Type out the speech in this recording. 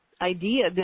idea